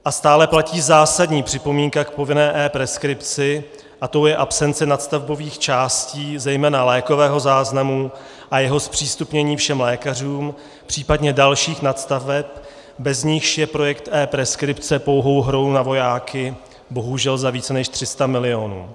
A stále platí zásadní připomínka k povinné epreskripci a tou je absence nadstavbových částí, zejména lékového záznamu a jeho zpřístupnění všem lékařům, případně dalších nadstaveb, bez nichž je projekt epreskripce pouhou hrou na vojáky, bohužel za více než 300 milionů.